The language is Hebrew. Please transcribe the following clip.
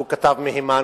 שהוא כתב מהימן,